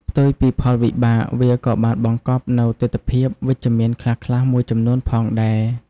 ផ្ទុយពីផលវិបាក វាក៏បានបង្កប់នូវទិដ្ឋភាពវិជ្ជមានខ្លះៗមួយចំនួនផងដែរ។